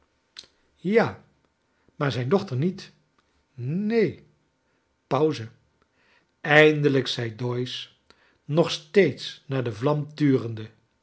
ja maar zijn dochter niet neen pauze eindelijk zei doyce nog steeds naar de vlam turende